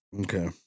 Okay